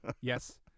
Yes